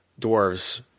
dwarves